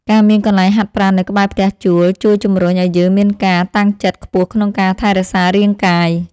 ការមានកន្លែងហាត់ប្រាណនៅក្បែរផ្ទះជួលជួយជម្រុញឱ្យយើងមានការតាំងចិត្តខ្ពស់ក្នុងការថែរក្សារាងកាយ។